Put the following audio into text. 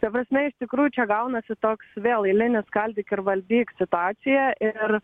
ta prasme iš tikrųjų čia gaunasi toks vėl eilinis skaldyk ir valdyk situaciją ir